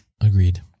Agreed